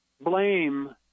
blame